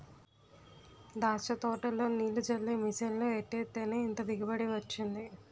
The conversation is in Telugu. దాచ్చ తోటలో నీల్లు జల్లే మిసన్లు ఎట్టేత్తేనే ఇంత దిగుబడి వొచ్చింది